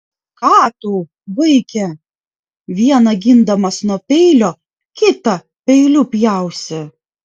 ką tu vaike vieną gindamas nuo peilio kitą peiliu pjausi